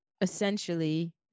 essentially